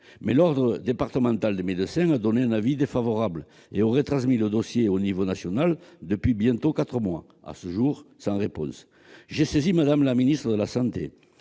Mais l'ordre départemental des médecins a donné un avis défavorable et aurait transmis le dossier au niveau national depuis bientôt quatre mois. À ce jour, il est resté sans réponse. J'ai saisi Mme la ministre de la santé